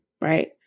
right